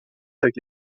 avec